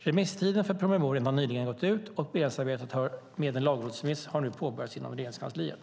Remisstiden för promemorian har nyligen gått ut, och beredningsarbetet med en lagrådsremiss har nu påbörjats inom Regeringskansliet.